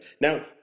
Now